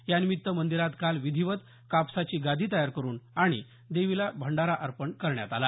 यानिमित्त मंदीरात काल विधीवत कापसाची गादी तयार करुन आणि देवीला भंडारा अर्पण करण्यात आला